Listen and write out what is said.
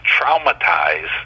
traumatize